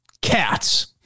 Cats